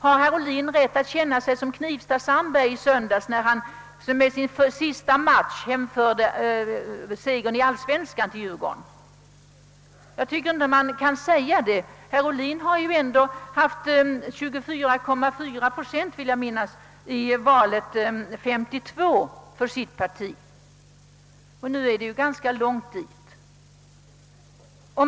Har herr Ohlin rätt att känna sig som Knivsta Sandberg i söndags som i sin sista match hemförde segern i Allsvenskan till Djurgården? Jag tycker inte man kan säga det. Herr Ohlins parti hade ju ändå vid valet 1952 24,4 procent av rösterna, vill jag minnas, och nu har de ganska långt dit.